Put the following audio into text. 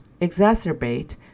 exacerbate